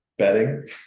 Betting